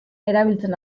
erabiltzen